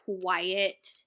quiet